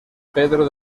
pedro